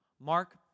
Mark